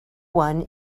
one